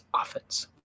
offense